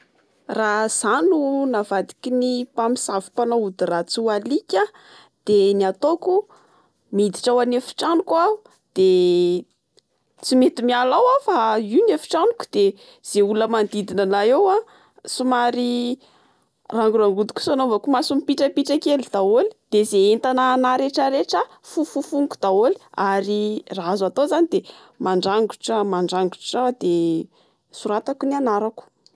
Dite no tiako koko satria izaho tsy de mahazaka kafé ah. Ary ny dite ihany koa maro karazana, bedebe azo isafidianana de izay metimety aminao araka ny tontolo andronao.